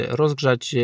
rozgrzać